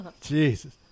Jesus